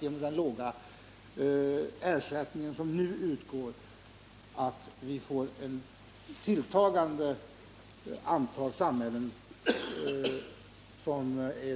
Genom den låga ersättning som nu åtgår riskerar vi att få ett tilltagande antal samhällen